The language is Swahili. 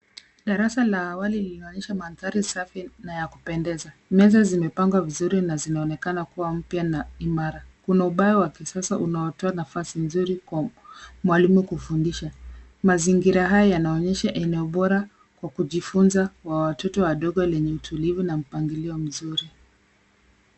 Darasa la awali linaonyesha mandhari safi na ya kupendeza. Meza zimepangwa vizuri na zinaonekana kuwa mpya na imara kuna ubao wa kisasa unaotoa nafasi nzuri kwa mwalimu kufundisha. Mazingira haya yanaonyesha eneo bora kwa kujifunza kwa watoto wadogo lenye utulivu na mpangilio mzuri.